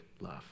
love